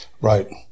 Right